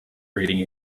rating